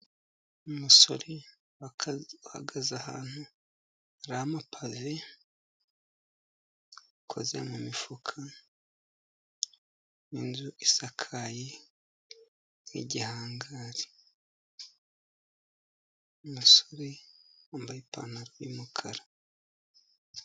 Umusore uhagaze ahantu hari amapave, akoze akoze mu mifuka n'inzu isakaye nk'igihangari. Umusore wambaye ipantaro yumukara.